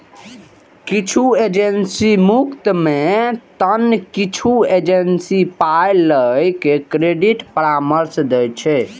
किछु एजेंसी मुफ्त मे तं किछु एजेंसी पाइ लए के क्रेडिट परामर्श दै छै